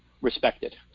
respected